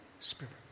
spirit